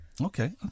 Okay